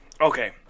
okay